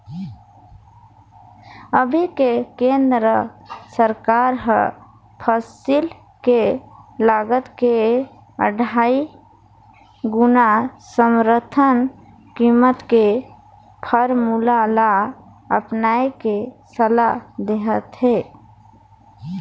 अभी के केन्द्र सरकार हर फसिल के लागत के अढ़ाई गुना समरथन कीमत के फारमुला ल अपनाए के सलाह देहत हे